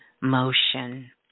motion